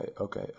Okay